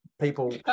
people